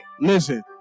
Listen